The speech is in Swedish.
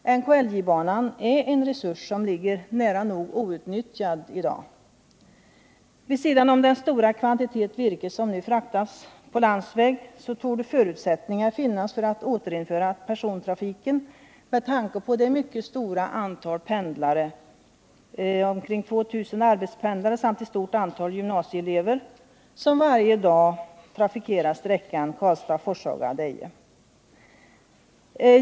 NKLJ-banan är en resurs som ligger nära nog outnyttjad i dag. Vid sidan om den stora kvantitet virke som nu fraktas på landsväg torde förutsättningar finnas för att återinföra persontrafiken med tanke på det mycket stora antal pendlare — omkring 2 000 arbetspendlare samt ett stort antal gymnasieelever — som varje dag trafikerar sträckan Karlstad-Forshaga-Deje.